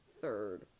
third